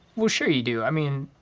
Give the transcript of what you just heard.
well, sure you do. i mean.